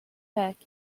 back